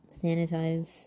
Sanitize